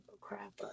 crap